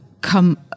come